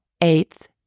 eighth